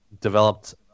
developed